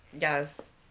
Yes